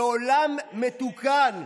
בעולם מתוקן,